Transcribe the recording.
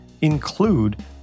include